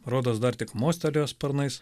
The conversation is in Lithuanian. rodos dar tik mostelėjo sparnais